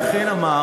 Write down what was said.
ואכן אמר